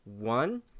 One